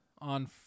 on